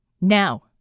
Now